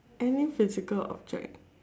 any physical object